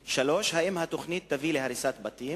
3. האם התוכנית תביא להריסת בתים?